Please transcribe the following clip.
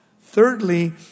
Thirdly